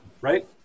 right